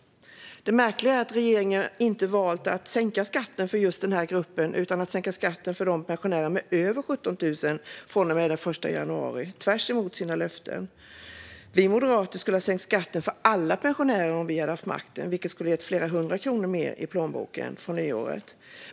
Det märkliga är att regeringen inte har valt att sänka skatten för just den grupp som har lägst pensioner utan har valt att från och med den 1 januari tvärtemot sina löften sänka skatten för pensionärer med över 17 000 i pension. Vi moderater skulle ha sänkt skatten för alla pensionärer om vi hade haft makten, vilket skulle ha gett flera hundra kronor mer i plånboken från nyåret.